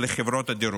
לחברות הדירוג.